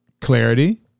Clarity